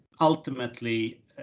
ultimately